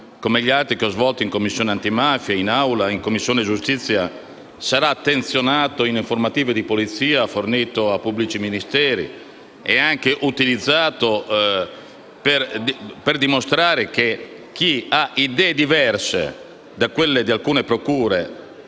come gli altri che ho svolto in Commissione antimafia, in Aula e in Commissione giustizia, sarà attenzionato in informative di Polizia, fornito a pubblici ministeri e anche utilizzato per dimostrare che chi ha idee diverse da quelle di alcune procure